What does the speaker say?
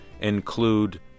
include